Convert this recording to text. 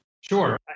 Sure